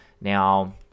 Now